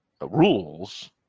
rules